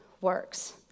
works